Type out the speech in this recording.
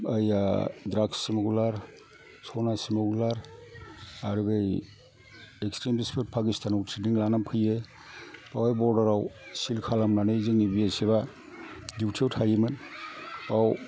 drugs smuggler सना smuggler आरो बै एक्सट्रिमासफोर फाकिस्तानाव ट्रेनिं लानानै फैयो बेवहाय बरदाराव सिल्ड खालामनानै जोंनि बि एस एफआ दिउथियाव थायोमोन बेयाव